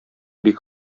бик